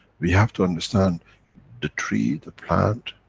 we have to understand the tree, the plant,